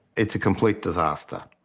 it's a complete disaster.